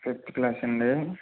fifth class అండి